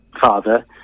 father